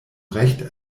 recht